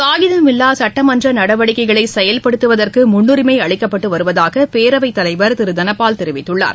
காகிதமில்லா சட்டமன்ற நடவடிக்கைகளை செயல்படுத்துவதற்கு முன்னுரிமை அளிக்கப்பட்டு வருவதாக பேரவைத் தலைவர் திரு தனபால் தெரிவித்துள்ளார்